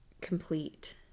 complete